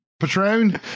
patron